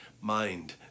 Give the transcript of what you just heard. mind